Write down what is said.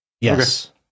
Yes